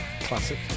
Classic